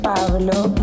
Pablo